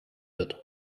wird